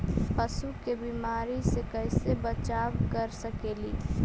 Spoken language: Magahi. पशु के बीमारी से कैसे बचाब कर सेकेली?